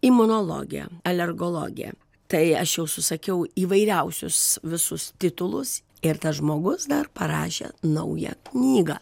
imunologė alergologė tai aš jau susakiau įvairiausius visus titulus ir tas žmogus dar parašė naują knygą